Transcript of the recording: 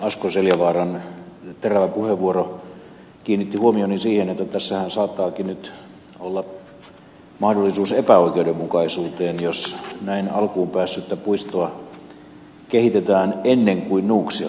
asko seljavaaran terävä puheenvuoro kiinnitti huomioni siihen että tässähän saattaakin nyt ol la mahdollisuus epäoikeudenmukaisuuteen jos näin alkuun päässyttä puistoa kehitetään ennen kuin nuuksiota